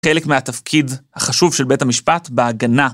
חלק מהתפקיד החשוב של בית המשפט בהגנה.